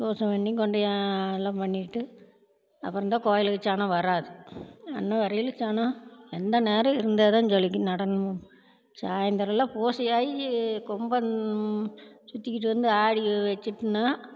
பூஜை பண்ணி கொண்டு எல்லாம் பண்ணிட்டு அப்புறந்தான் கோயிலுக்கு ஜனம் வராது இன்ன வர்லிலேயும் ஜனம் எந்த நேரம் இருந்தால்தான் ஜொலிக்கும் நடனமும் சாய்ந்தரமெல்லாம் பூஜை ஆகி கொம்பன் சுற்றிகிட்டு வந்து ஆடி வச்சிட்ன்னா